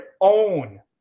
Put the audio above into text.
own